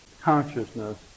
consciousness